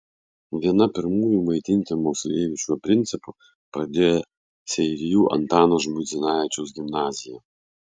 viena pirmųjų maitinti moksleivius šiuo principu pradėjo seirijų antano žmuidzinavičiaus gimnazija